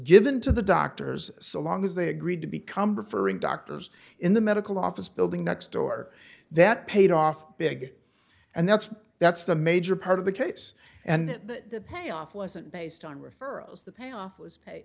given to the doctors so long as they agreed to become referring doctors in the medical office building next door that paid off big and that's that's the major part of the case and the payoff wasn't based on referrals the payoff was